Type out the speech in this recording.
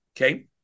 Okay